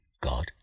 God